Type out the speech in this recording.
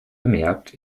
bemerkt